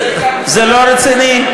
זה לא רציני.